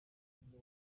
sinjye